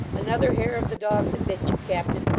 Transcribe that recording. another hair of the dog that bit you, captain!